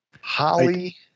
Holly